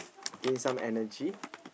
gain some energy